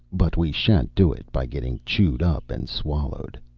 but we shan't do it by getting chewed up and swallowed.